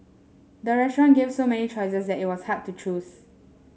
the restaurant gave so many choices that it was hard to choose